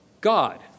God